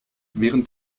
während